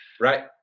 right